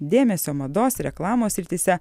dėmesio mados reklamos srityse